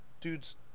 dudes